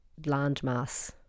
landmass